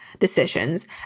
decisions